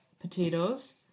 potatoes